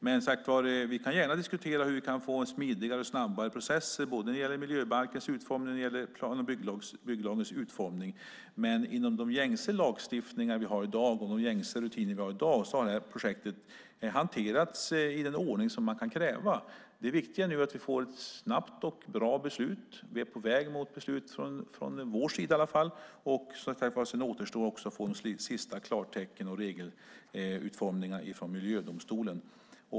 Men vi kan gärna diskutera hur vi får en smidigare och snabbare process när det gäller både miljöbalkens utformning och plan och bygglagens utformning. Inom gängse lagstiftning och gängse rutiner har detta projekt hanterats i den ordning som man kan kräva. Det viktiga är nu att vi får ett snabbt och bra beslut. Vi är på väg mot beslut från vår sida, och sedan återstår det att få ett sista klartecken och regelutformningar från miljödomstolen.